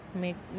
make